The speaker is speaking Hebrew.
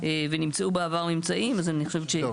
ונמצאו בעבר ממצאים, אז אני חושבת --- טוב.